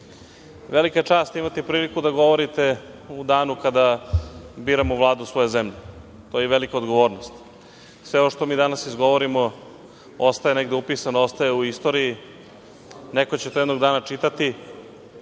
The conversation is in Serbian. velika je čast imati priliku da govorite u danu kada biramo Vladu svoje zemlje. To je i velika odgovornost. Sve ovo što mi danas izgovorimo ostaje negde upisano, ostaje u istoriji, neko će to jednog dana čitati,